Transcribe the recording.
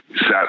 sat